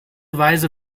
weise